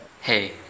Hey